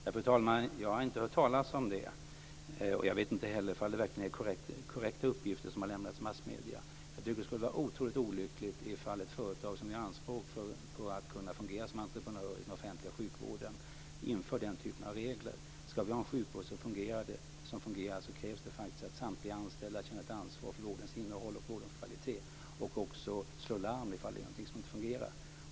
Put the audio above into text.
Fru talman! Jag har inte hört talas om detta. Jag vet inte heller om det verkligen är korrekta uppgifter som har lämnats till massmedierna. Jag tycker att det skulle vara otroligt olyckligt om ett företag som gör anspråk på att kunna fungera som entreprenör i den offentliga sjukvården inför den här typen av regler. Ska vi ha en sjukvård som fungerar krävs det att samtliga anställda känner ett ansvar för vårdens innehåll och kvalitet, och också slår larm ifall det är någonting som inte fungerar.